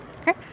Okay